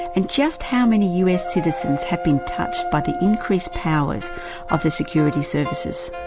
and just how many us citizens have been touched by the increased powers of the security services?